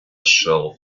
shelf